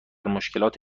مشکلات